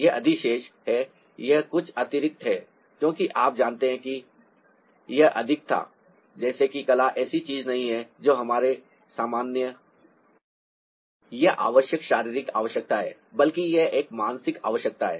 यह अधिशेष है यह कुछ अतिरिक्त है क्योंकि आप जानते हैं कि यह अधिक था जैसे कि कला ऐसी चीज नहीं है जो हमारी सामान्य या आवश्यक शारीरिक आवश्यकता है बल्कि यह एक मानसिक आवश्यकता है